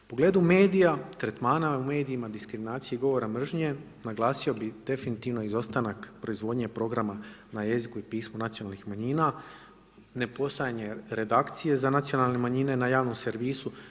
U pogledu tretmana u medijima, diskriminacije i govora mržnje naglasio bih definitivno izostanak proizvodnje programa na jeziku i pismu nacionalnih manjina, ne postojanje redakcije za nacionalne manjine na javnom servisu.